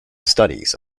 studies